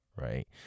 Right